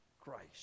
Christ